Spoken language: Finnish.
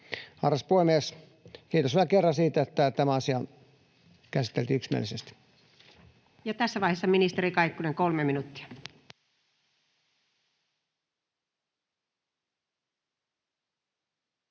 Arvoisa puhemies! Kiitos vielä kerran siitä, että tämä asia käsiteltiin yksimielisesti. Ja tässä vaiheessa ministeri Kaikkonen, 3 minuuttia.